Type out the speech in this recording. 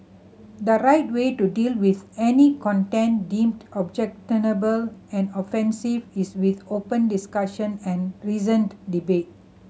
the right way to deal with any content deemed objectionable and offensive is with open discussion and reasoned debate